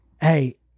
hey